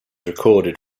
recorded